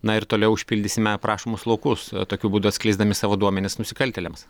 na ir toliau užpildysime prašomus laukus tokiu būdu atskleisdami savo duomenis nusikaltėliams